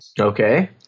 Okay